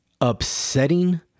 upsetting